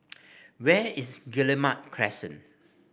where is Guillemard Crescent